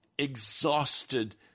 Exhausted